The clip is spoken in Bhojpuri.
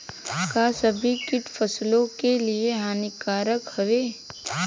का सभी कीट फसलों के लिए हानिकारक हवें?